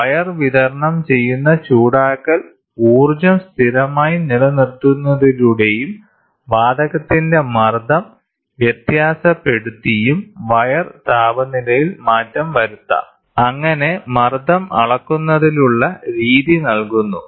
wire വിതരണം ചെയ്യുന്ന ചൂടാക്കൽ ഊർജ്ജം സ്ഥിരമായി നിലനിർത്തുന്നതിലൂടെയും വാതകത്തിന്റെ മർദ്ദം വ്യത്യാസപ്പെടുത്തിയും വയർ താപനിലയിൽ മാറ്റം വരുത്താം അങ്ങനെ മർദ്ദം അളക്കുന്നതിനുള്ള രീതി നൽകുന്നു